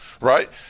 right